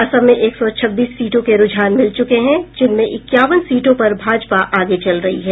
असम में एक सौ छब्बीस सीटों के रूझान मिल चुके हैं जिनमें इक्यावन सीटों पर भाजपा आगे चल रही है